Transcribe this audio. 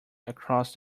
across